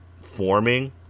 forming